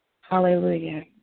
Hallelujah